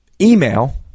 email